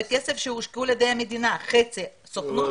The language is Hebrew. זה כסף שהושקע על-ידי המדינה - חצי סוכנות,